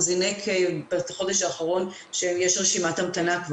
הוא זינק בחודש האחרון ויש רשימת המתנה.